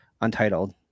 untitled